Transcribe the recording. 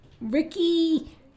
Ricky